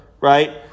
right